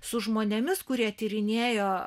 su žmonėmis kurie tyrinėjo